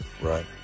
Right